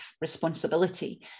responsibility